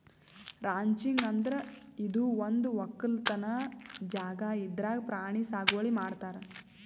ranching ಅಂದ್ರ ಇದು ಒಂದ್ ವಕ್ಕಲತನ್ ಜಾಗಾ ಇದ್ರಾಗ್ ಪ್ರಾಣಿ ಸಾಗುವಳಿ ಮಾಡ್ತಾರ್